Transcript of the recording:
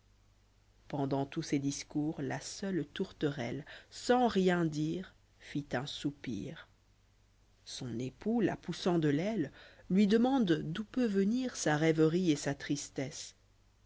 pendant tous ces discours la seule tourterelle sans rien dire fit un soupir t son époux la poussant de l'ailé lui demande d'où peut venir sa rêverie et sa tristesse